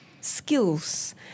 skills